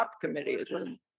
committee